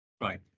Right